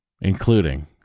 including